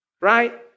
right